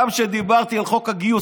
גם כשדיברתי על חוק הגיוס,